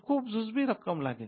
खूप जुजबी रक्कम लागेल